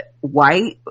white